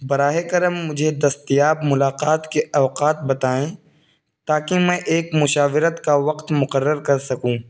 براہ کرم مجھے دستیاب ملاقات کے اوقات بتائیں تاکہ میں ایک مشاورت کا وقت مقرر کر سکوں